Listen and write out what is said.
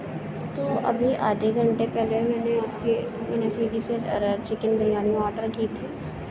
تو ابھی آدھے گھنٹے پہلے میں نے آپ کے میں نے سویگی سے چکن بریانی آڈر کی تھی